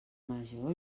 major